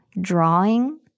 drawing